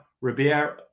Ribeiro